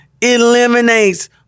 eliminates